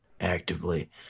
actively